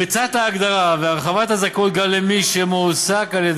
פריצת ההגדרה והרחבת הזכאות גם למי שמועסק על-ידי